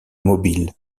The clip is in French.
mobile